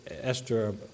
Esther